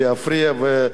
וכמובן,